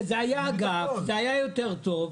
זה היה אגף, זה היה יותר טוב.